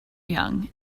young